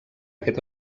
aquest